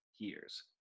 Years